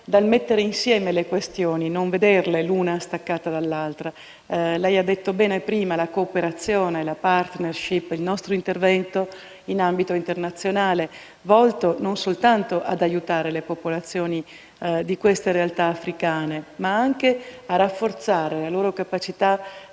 a mettere insieme le questioni, cercando di non vederle l'una staccata dall'altra. Lei ha parlato prima della cooperazione, della *partnership* e del nostro intervento in ambito internazionale, volto non soltanto ad aiutare le popolazioni di queste realtà africane, ma anche a rafforzare la loro capacità